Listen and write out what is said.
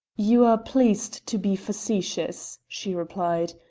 you are pleased to be facetious, she replied.